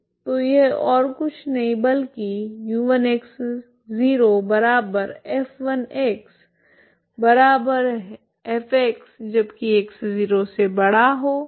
तो यह और कुछ नहीं बल्कि है